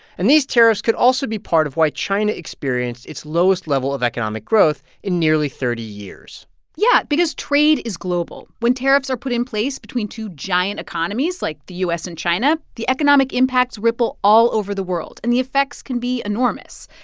and these tariffs could also be part of why china experienced its lowest level of economic growth in nearly thirty years yeah. because trade is global, when tariffs are put in place between two giant economies, like the u s. and china, the economic impacts ripple all over the world, and the effects can be enormous.